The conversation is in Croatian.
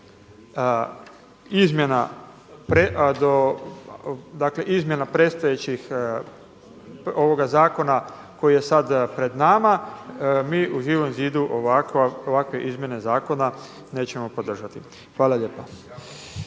izmjena predstojećih ovoga zakona koji je sada pred nama mi u Živom zidu ovakve izmjene zakona nećemo podržati. Hvala lijepa.